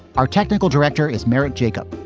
our technical director is meric jacob.